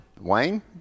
Wayne